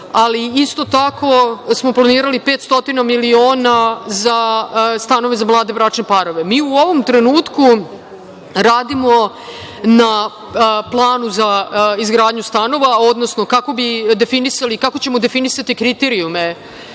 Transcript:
Isto tako smo planirali 500 miliona za stanove za mlade bračne parove.U ovom trenutku radimo na planu za izgradnju stanova, odnosno kako ćemo definisati kriterijume,